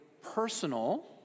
personal